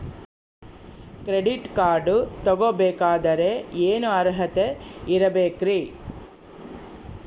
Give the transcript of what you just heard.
Credit card ತೊಗೋ ಬೇಕಾದರೆ ಏನು ಅರ್ಹತೆ ಇರಬೇಕ್ರಿ?